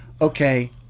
okay